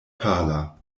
pala